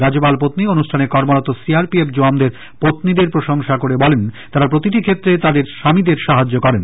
রাজ্যপাল পন্নী অনুষ্ঠানে কর্মরত সি আর পি এফ জওয়ানদের পল্লীদের প্রশংসা করে বলেন তারা প্রতিটি ক্ষেত্রে তাদের স্বামীদের সাহায্য করেন